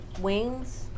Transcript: wings